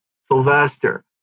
Sylvester